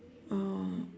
uh